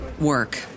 work